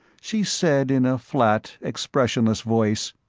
she said in a flat expressionless voice,